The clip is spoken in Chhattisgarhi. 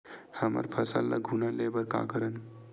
हमर फसल ल घुना ले बर का करन?